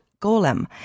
Golem